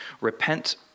repent